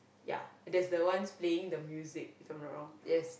ya there's the one playing the music if I'm not wrong yes